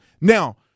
Now